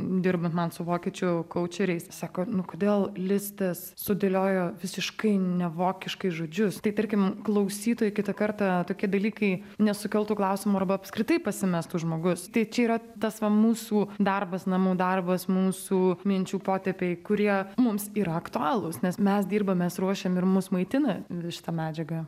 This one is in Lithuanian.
dirbant man su vokiečių kaučeriais sako nu kodėl listas sudėliojo visiškai ne vokiškai žodžius tai tarkim klausytojui kitą kartą tokie dalykai nesukeltų klausimų arba apskritai pasimestų žmogus tai čia yra tas va mūsų darbas namų darbas mūsų minčių potėpiai kurie mums yra aktualūs nes mes dirbam mes ruošiam ir mus maitina šita medžiaga